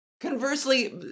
conversely